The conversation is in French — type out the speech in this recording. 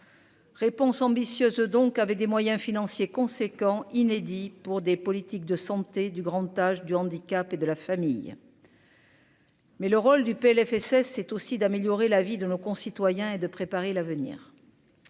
Réponse ambitieuse, donc avec des moyens financiers conséquents inédit pour des politiques de santé du grande tâche du handicap et de la famille. Mais le rôle du PLFSS c'est aussi d'améliorer la vie de nos concitoyens et de préparer l'avenir.